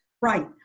Right